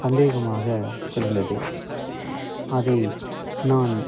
சந்தேகமாக இருந்தது அதை நான்